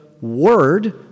Word